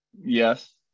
Yes